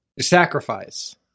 sacrifice